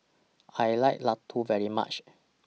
I like Laddu very much